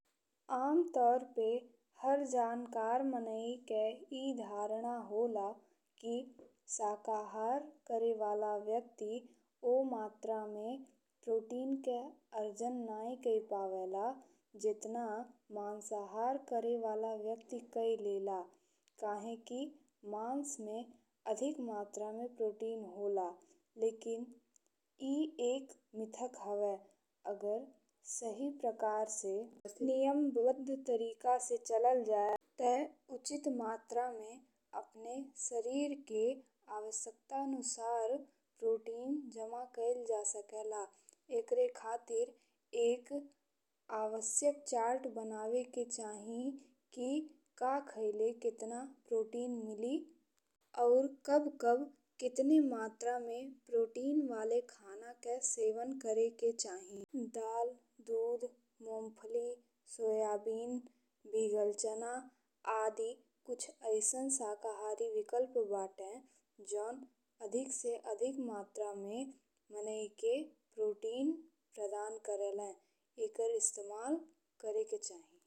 आमतौर पे हर जकर मनई के ई धारणा होला कि शाकाहार करे वाला व्यक्ति ओ मात्रा में प्रोटीन के अर्जन नाहीं कई पावे ला जेतना मांसाहार करे वाला व्यक्ति कई लेला काहेकि मांस में अधिक मात्रा में प्रोटीन होला लेकिन ई एक मिथक हव। अगर सही प्रकार से नियमित तरीका से चलल जाये ते उचित मात्रा में अपने शरीर के आवश्यकतानुसार प्रोटीन जमा कइल जा सकेला। एकरे खातिर एक आवश्यक चार्ट बनावे के चाही कि का खाइले केतना प्रोटीन मिली और कब कब केतना मात्रा में प्रोटीन वाले खाना के सेवन करे के चाही। दाल, दूध, मूंगफली, सोयाबीन, भिगल चना आदि कुछ अइसन साकाहारी विकल्प बाटे जवन अधिक से अधिक मात्रा में माने के प्रोटीन प्रदान करेलें। एकर इस्तेमाल करे के चाही।